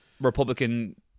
Republican